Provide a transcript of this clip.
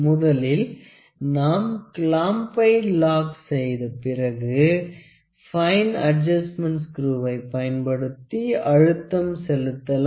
முதலில் நாம் கிளாம்ப்பை லாக் செய்து பிறகு பைன் அட்ஜஸ்ட்மென்ட் ஸ்குருவை பயன்படுத்தி அழுத்தம் செலுத்தலாம்